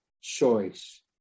choice